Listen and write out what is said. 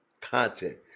content